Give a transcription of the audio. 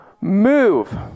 Move